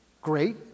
Great